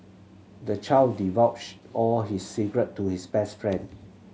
the child divulged all his secret to his best friend